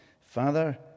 Father